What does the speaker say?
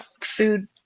food